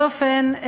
בכל אופן,